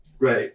Right